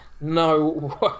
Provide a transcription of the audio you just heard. No